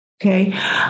Okay